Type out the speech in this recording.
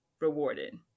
rewarded